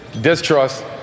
distrust